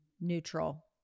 neutral